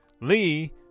Lee